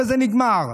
וזה נגמר.